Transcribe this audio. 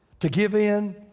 to give in,